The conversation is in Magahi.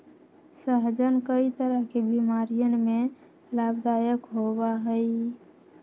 सहजन कई तरह के बीमारियन में लाभदायक होबा हई